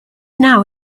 now